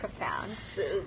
profound